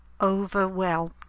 overwhelmed